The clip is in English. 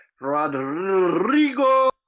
Rodrigo